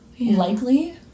likely